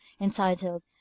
entitled